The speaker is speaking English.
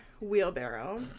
wheelbarrow